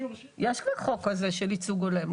יש כבר חוק כזה של ייצוג הולם?